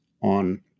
on